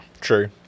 True